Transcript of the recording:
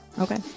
Okay